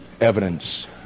evidence